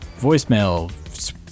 voicemail